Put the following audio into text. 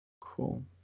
Cool